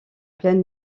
pleine